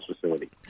facility